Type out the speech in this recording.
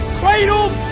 cradled